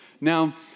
Now